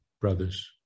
brothers